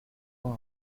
far